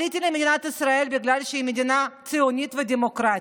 עליתי למדינת ישראל בגלל שהיא מדינה ציונית ודמוקרטית,